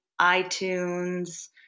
iTunes